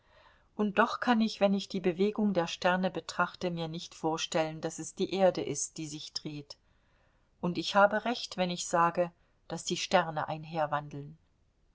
und doch kann ich wenn ich die bewegung der sterne betrachte mir nicht vorstellen daß es die erde ist die sich dreht und ich habe recht wenn ich sage daß die sterne